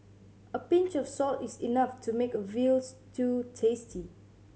a pinch of salt is enough to make a veal stew tasty